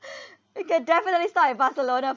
we can definitely start with barcelona